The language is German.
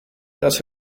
dass